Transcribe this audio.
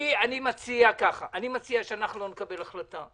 אני מציע שאנחנו לא נקבל החלטה.